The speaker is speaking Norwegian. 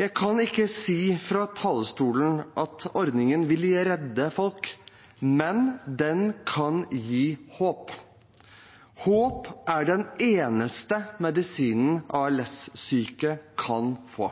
Jeg kan ikke si fra talerstolen at ordningen vil redde folk, men den kan gi håp. Håp er den eneste medisinen ALS-syke kan få.